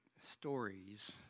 stories